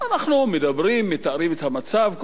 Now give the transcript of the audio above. אנחנו מדברים, מתארים את המצב, כל אחד